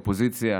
אופוזיציה,